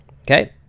okay